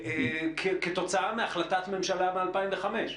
כתוצאה מהחלטת ממשלה ב-2005.